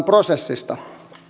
prosessista